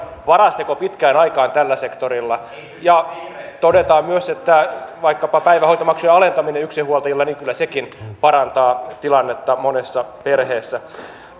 paras teko pitkään aikaan tällä sektorilla ja todetaan myös että vaikkapa päivähoitomaksujen alentaminen yksinhuoltajilla kyllä sekin parantaa tilannetta monessa perheessä